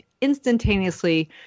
instantaneously